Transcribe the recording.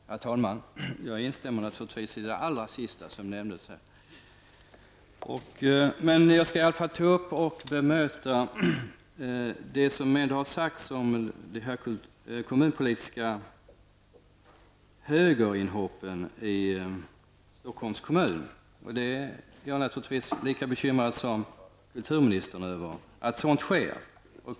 Herr talman! Jag instämmer naturligtvis i det allra sista som nämndes av Lars Ahlmark. Jag skall bemöta det som har sagts om de kommunalpolitiska högerinhoppen i Stockholms kommun. Jag är naturligtvis lika bekymrad som kulturministern över att sådant sker.